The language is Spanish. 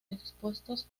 expuestos